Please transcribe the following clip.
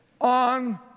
on